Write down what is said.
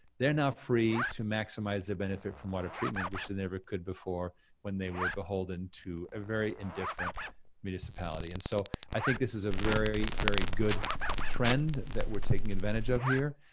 they're now free to maximize their benefit from water treatment, which they never could before when they were beholden to a very indifferent municipality. and so i think this is a very, very good trend that we're taking advantage of here,